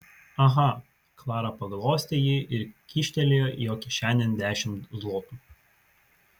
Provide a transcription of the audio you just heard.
aha klara paglostė jį ir kyštelėjo jo kišenėn dešimt zlotų